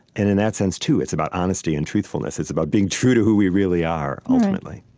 and in that sense, too, it's about honesty and truthfulness. it's about being true to who we really are, ultimately